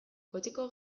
kotxeko